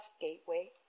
Gateway